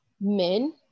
men